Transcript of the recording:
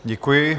Děkuji.